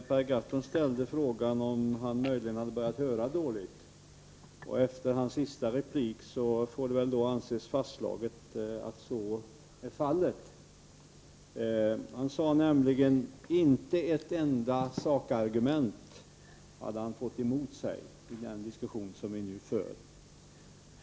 Fru talman! Per Gahrton frågade om han möjligen hade börjat höra dåligt. Efter hans senaste replik får det väl anses fastslaget att så är fallet. Han sade nämligen att han inte hade fått ett enda sakargument mot sin uppfattning i den diskussion som vi nu för.